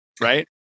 right